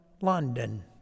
London